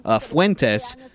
Fuentes